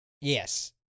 Yes